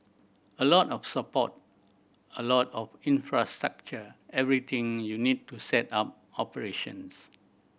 a lot of support a lot of infrastructure everything you need to set up operations